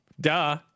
Duh